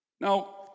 Now